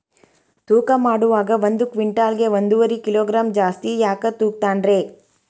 ತೂಕಮಾಡುವಾಗ ಒಂದು ಕ್ವಿಂಟಾಲ್ ಗೆ ಒಂದುವರಿ ಕಿಲೋಗ್ರಾಂ ಜಾಸ್ತಿ ಯಾಕ ತೂಗ್ತಾನ ರೇ?